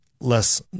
less